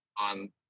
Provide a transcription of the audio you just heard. on